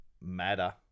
matter